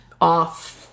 off